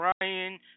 Ryan